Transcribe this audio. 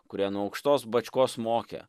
kurie nuo aukštos bačkos mokę